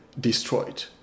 destroyed